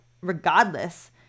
regardless